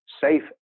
safe